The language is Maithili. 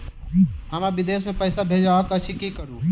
हमरा विदेश मे पैसा भेजबाक अछि की करू?